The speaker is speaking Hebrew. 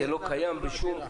קיים בשום,